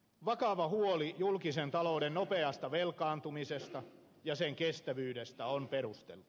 vakava huoli julkisen talouden nopeasta velkaantumisesta ja sen kestävyydestä on perusteltu